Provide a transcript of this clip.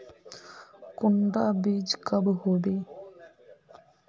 कुंडा बीज कब होबे?